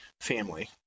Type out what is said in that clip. family